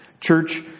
Church